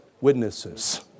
witnesses